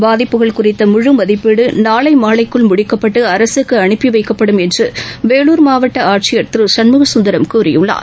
பாதிப்புகள் குறித்த முழு மதிப்பீடு நாளை மாலைக்குள் முடிக்கப்பட்டு அரசுக்கு அனுப்பி வைக்கப்படும் என்று வேலூர் மாவட்ட ஆட்சியர் திருகண்முகசுந்தரம் கூறியுள்ளார்